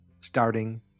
Starting